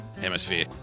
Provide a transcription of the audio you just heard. Hemisphere